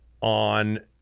on